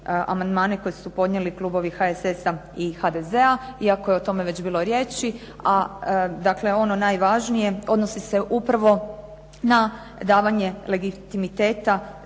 koje su podnijeli klubovi HSS-a i HDZ-a iako je o tome već bilo riječi, a dakle ono najvažnije odnosi se upravo na davanje legitimiteta